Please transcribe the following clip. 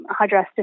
hydrastis